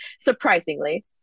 surprisingly